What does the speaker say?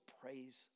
praise